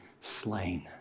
slain